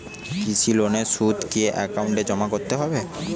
কৃষি লোনের সুদ কি একাউন্টে জমা করতে হবে?